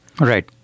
Right